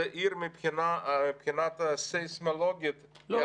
זו עיר מבחינה סייסמולוגית, זה אחיד.